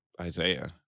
isaiah